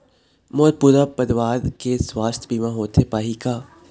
मोर पूरा परवार के सुवास्थ बीमा होथे पाही का?